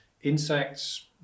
insects